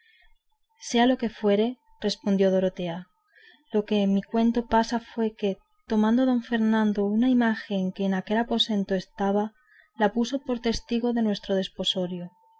sea lo que fuere respondió dorotea lo que en mi cuento pasa fue que tomando don fernando una imagen que en aquel aposento estaba la puso por testigo de nuestro desposorio